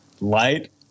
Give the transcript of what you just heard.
Light